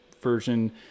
version